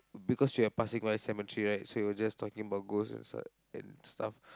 because we are passing by cemetery right so he was just talking about ghost and stuff